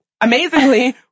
Amazingly